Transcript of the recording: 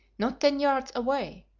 not ten yards away,